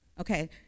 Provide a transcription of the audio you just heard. Okay